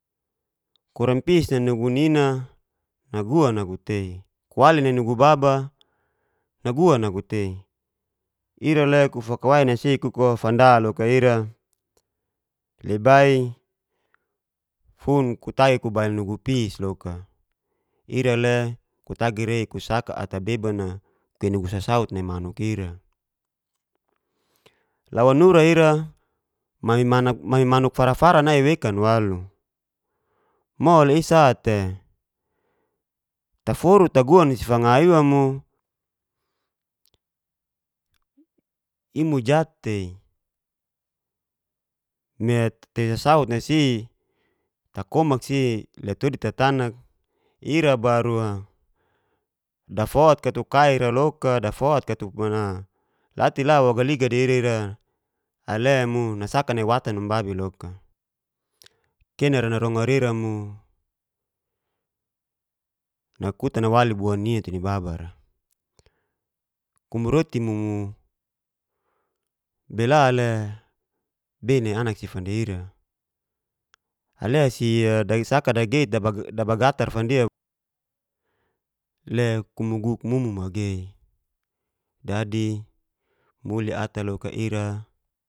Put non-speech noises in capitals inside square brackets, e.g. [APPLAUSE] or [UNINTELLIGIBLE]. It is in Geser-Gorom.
Koran pis'a nai nugu nini ganuan aku tei ira le kufakwai nai si kuku'o fnda loka ira lebai fun kutagi kubail nugu pis loka ira le kutagi rei kusaka ata beban'a kei nugu sasaut ata kuwei nugu sasaut nai manuk ira lau wanura ira [UNINTELLIGIBLE] mai manuk fara-fara nai wekan walu mole i'sa te taforu taguan'i fanga iwa mo [HESITATION] iy mo jat'tei, me tei ssaut nai si takomak si le todi ta tanak ira baru'a dafot ka tu kaira loka, dafot ka tu mana la te le wa galiga di ira-ira ale mo nasaka nai watan numu babi loka, kenara narongar ira mo nakutan nawali bo ninina tu ni baba'ra, bela le bei ni anak si fanda ira ale si dasaka dageit dabagatar fandi le kum guguk mumu magei, dadi mulu ta loka ira.